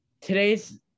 today's